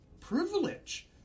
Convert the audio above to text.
privilege